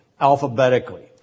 alphabetically